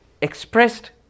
expressed